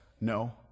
no